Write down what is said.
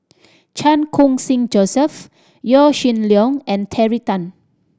Chan Khun Sing Joseph Yaw Shin Leong and Terry Tan